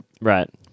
Right